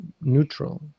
neutral